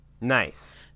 Nice